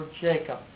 Jacob